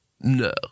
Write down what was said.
No